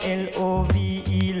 LOVE